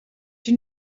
une